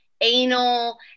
anal